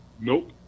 Nope